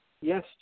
Yes